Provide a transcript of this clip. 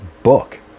Book